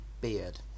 beard